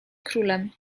królem